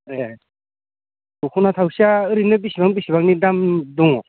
एह दख'ना थावसिया ओरैनो बेसेबां बेसेबांनि दाम दङ